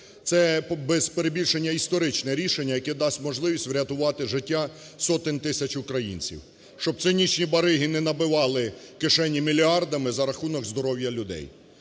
Це, без перебільшення, історичне рішення, яке дасть можливість врятувати життя сотень тисяч українців, щоб цинічні бариги не набивали кишені мільярдами за рахунок здоров'я людей.